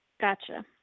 Gotcha